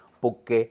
porque